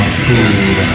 food